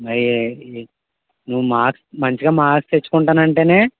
నువ్ మార్క్స్ మంచిగా మర్క్స్ తెచ్చుకుంటానంటేనే